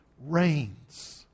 reigns